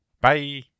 bye